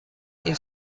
این